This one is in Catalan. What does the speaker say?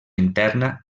interna